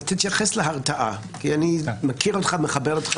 תתייחס להרתעה כי אני מכיר אותך ומכבד אותך